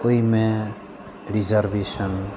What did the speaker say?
ओहिमे रिजर्वेशन